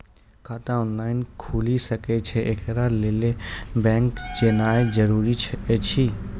खाता ऑनलाइन खूलि सकै यै? एकरा लेल बैंक जेनाय जरूरी एछि?